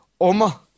Oma